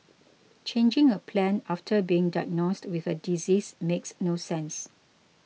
changing a plan after being diagnosed with a disease makes no sense